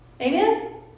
Amen